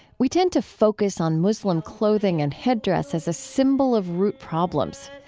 we tend to focus on muslim clothing and headdress as a symbol of root problems.